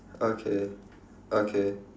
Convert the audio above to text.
okay okay